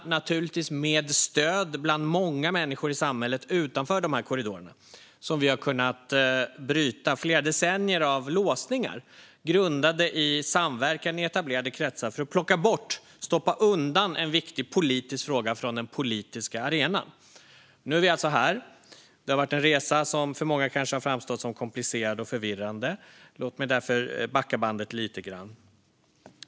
Det är naturligtvis med stöd bland många människor i samhället utanför de här korridorerna som vi har kunnat bryta flera decennier av låsningar grundade i samverkan i etablerade kretsar för att plocka bort och stoppa undan en viktig politisk fråga från den politiska arenan. Nu är vi alltså här. Det har varit en resa som för många kanske har framstått som komplicerad och förvirrande. Låt mig därför backa bandet lite grann.